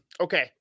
Okay